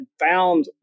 found